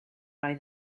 oedd